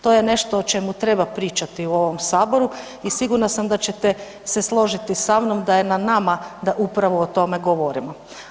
To je nešto o čemu treba pričati u ovom saboru i sigurna sam da ćete se složiti sa mnom da je na nama da upravo o tome govorimo.